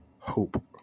hope